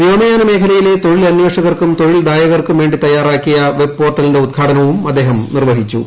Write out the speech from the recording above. വ്യോമയാന മേഖലയിലെ തൊഴിൽ അന്വേഷകർക്കും തൊഴിൽ ദായകർക്കും വേ ി തയ്യാറാക്കിയ വെബ്പോർട്ടലിന്റെ ഉദ്ഘാടനവും അദ്ദേഹം നിർവഹിച്ചു